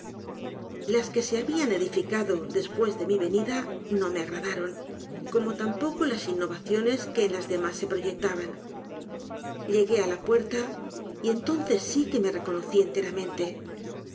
las que se habían edificado después de mi venida no me agradaron como tampoco las innovaciones que en las demás se proyectaban llegué á la puerta y entonces sí que me reconocí enteramente